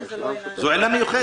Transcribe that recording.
זו עילה מיוחדת.